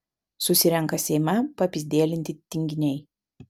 susirenka seime papyzdelinti tinginiai